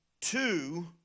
two